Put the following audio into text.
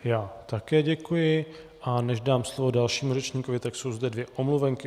Já také děkuji, a než dám slovo dalšímu řečníkovi, tak jsou zde dvě omluvenky.